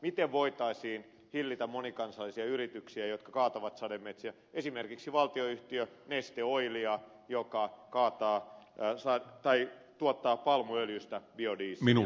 miten voitaisiin hillitä monikansallisia yrityksiä jotka kaatavat sademetsiä esimerkiksi valtionyhtiö neste oilia joka tuottaa palmuöljystä biodieseliä